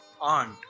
Aunt